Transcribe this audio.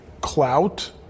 clout